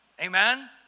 Amen